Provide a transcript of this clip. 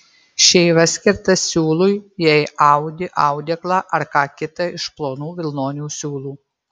šeiva skirta siūlui jei audi audeklą ar ką kita iš plonų vilnonių siūlų